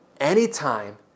anytime